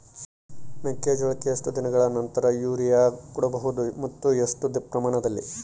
ಮೆಕ್ಕೆಜೋಳಕ್ಕೆ ಎಷ್ಟು ದಿನಗಳ ನಂತರ ಯೂರಿಯಾ ಕೊಡಬಹುದು ಮತ್ತು ಎಷ್ಟು ಪ್ರಮಾಣದಲ್ಲಿ?